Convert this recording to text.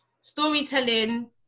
storytelling